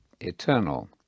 eternal